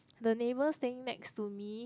the neighbour staying next to me